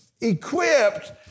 equipped